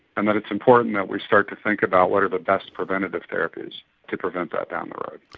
and that it's important that we start to think about what are the best preventative therapies to prevent that down the road.